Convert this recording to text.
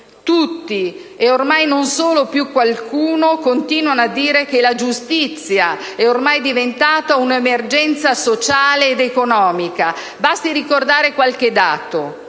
Tutti - e ormai non più solo qualcuno - continuano a dire che la giustizia è ormai diventata un'emergenza sociale ed economica. Basti ricordare qualche dato: